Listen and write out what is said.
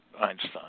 Einstein